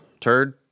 Turd